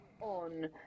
on